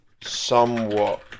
somewhat